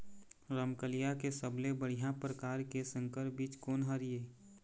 रमकलिया के सबले बढ़िया परकार के संकर बीज कोन हर ये?